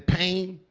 pain,